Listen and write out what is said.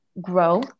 grow